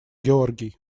георгий